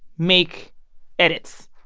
make edits.